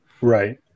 Right